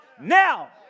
now